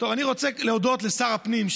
אני רוצה להודות לשר הפנים,